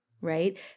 right